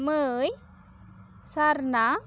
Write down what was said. ᱢᱟᱹᱭ ᱥᱟᱨᱱᱟ